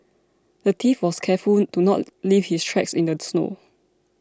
the thief was careful to not leave his tracks in the snow